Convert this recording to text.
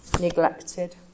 neglected